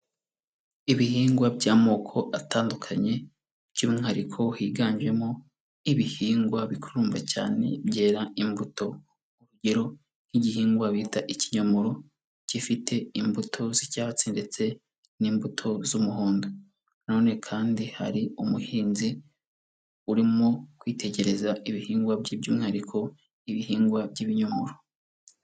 Ibihingwa by'amoko atandukanye by'umwihariko higanjemo ibihingwa bikururumba cyane byera imbuto, urugero nk'igihingwa bita ikinyomoro gifite imbuto z'icyatsi ndetse n'imbuto z'umuhondo, na none kandi hari umuhinzi urimo kwitegereza ibihingwa bye by'umwihariko ibihingwa by'ibinyomoro.